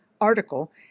article